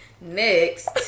Next